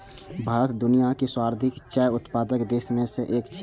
भारत दुनियाक सर्वाधिक चाय उत्पादक देश मे सं एक छियै